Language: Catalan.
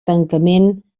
tancament